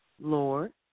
Lord